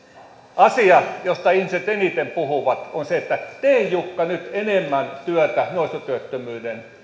asia josta ihmiset eniten puhuvat on se että tee jukka nyt enemmän työtä nuorisotyöttömyyden